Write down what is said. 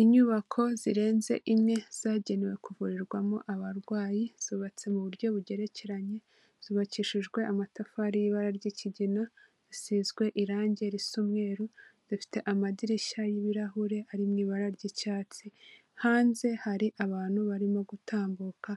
Inyubako zirenze imwe zagenewe kuvurirwamo abarwayi zubatse mu buryo bugerekeranye. Zubakishijwe amatafari y'ibara ry'ikigina, zisizwe irange risa umweru, zifite amadirishya y'ibirahure ari mu ibara ry'icyatsi. Hanze hari abantu barimo gutambuka